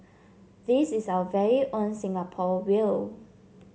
this is our very own Singapore whale